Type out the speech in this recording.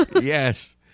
yes